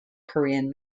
korean